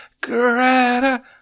Greta